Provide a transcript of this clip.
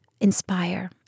inspire